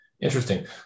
Interesting